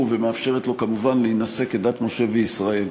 ומאפשרת לו כמובן להינשא כדת משה וישראל.